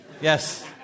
Yes